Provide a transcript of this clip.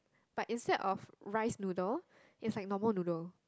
but instead of rice noodle it's like normal noodle